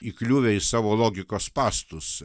įkliuvę į savo logikos spąstus